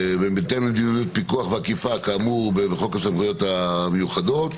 בהתאם למדיניות פיקוח ואכיפה כאמור בחוק הסמכויות המיוחדות,